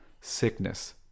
sickness